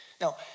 Now